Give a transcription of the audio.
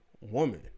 woman